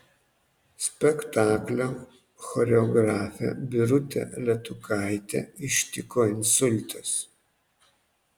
spektaklio choreografę birutę letukaitę ištiko insultas